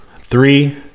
three